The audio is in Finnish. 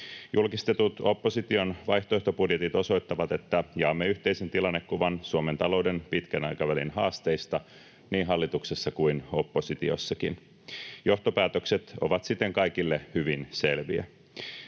Julkistetut opposition vaihtoehtobudjetit osoittavat, että jaamme yhteisen tilannekuvan Suomen talouden pitkän aikavälin haasteista niin hallituksessa kuin oppositiossakin. Johtopäätökset ovat siten kaikille hyvin selviä: